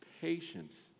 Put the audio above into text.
patience